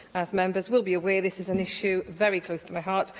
as members will be aware, this is an issue very close to my heart,